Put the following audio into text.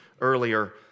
earlier